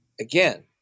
again